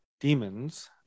demons